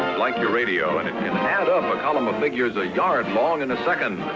like your radio, and it can add up a column of figures a yard long in a second.